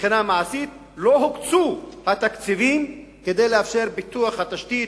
מבחינה מעשית לא הוקצו התקציבים כדי לאפשר פיתוח התשתית,